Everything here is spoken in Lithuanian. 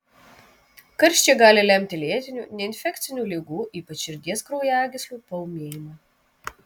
karščiai gali lemti lėtinių neinfekcinių ligų ypač širdies kraujagyslių paūmėjimą